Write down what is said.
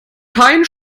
kein